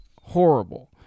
Horrible